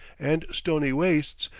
and stony wastes,